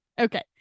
okay